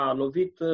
lovit